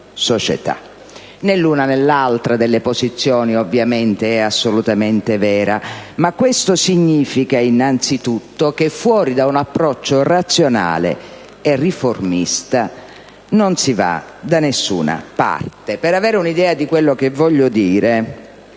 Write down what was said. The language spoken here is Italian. società». Né l'una né l'altra delle posizioni ovviamente è assolutamente vera, ma questo significa innanzi tutto che fuori da un approccio razionale e riformista non si va da nessuna parte. Per avere un'idea di quello che voglio dire,